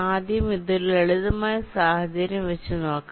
ആദ്യം ഇത് ഒരു ലളിതമായ സാഹചര്യം വച്ച നോക്കാം